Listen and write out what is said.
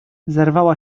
zerwała